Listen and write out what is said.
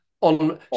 on